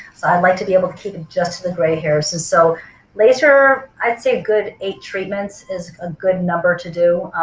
so i'd like to be able to keep it just to the gray hair. so so later on i'd say a good eight treatments is a good number to do,